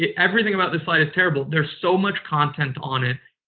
yeah everything about this slide is terrible. there's so much content on it.